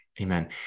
amen